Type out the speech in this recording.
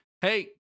Hey